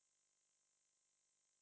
your whole family don't eat beef right